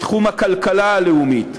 בתחום הכלכלה הלאומית.